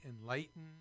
enlighten